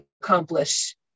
accomplish